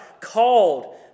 called